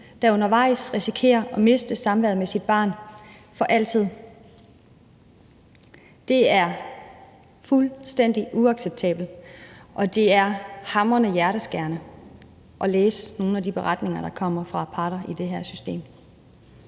der undervejs risikerer at miste samværet med deres barn for altid. Det er fuldstændig uacceptabelt, og det er hamrende hjerteskærende at læse nogle af de beretninger, der kommer fra parterne i det her system.